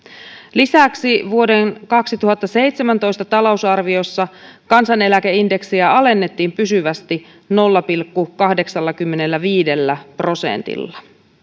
lisäksi vuoden kaksituhattaseitsemäntoista talousarviossa kansaneläkeindeksiä alennettiin pysyvästi nolla pilkku kahdeksallakymmenelläviidellä prosentilla